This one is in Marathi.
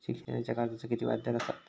शिक्षणाच्या कर्जाचा किती व्याजदर असात?